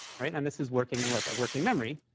right? and this is working like a working memory.